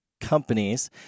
companies